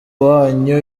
wanyu